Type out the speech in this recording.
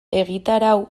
egitarau